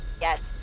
Yes